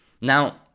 Now